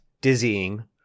dizzying